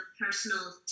personal